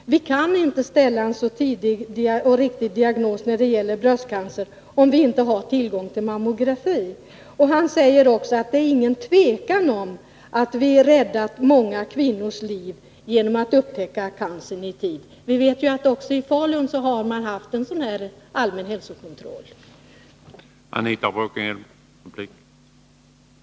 Vi kan inte ställa en tidig och riktig diagnos när det gäller bröstcancer, om vi inte har mammografi. Laslo Tabarr säger också att det inte är något tvivel om att många kvinnors liv har räddats genom att cancern upptäckts i tid. — Vi vet ju att man också i Falun har haft en sådan allmän hälsokontroll som vi nu diskuterar.